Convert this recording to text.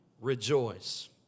rejoice